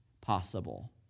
possible